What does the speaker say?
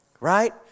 right